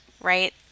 right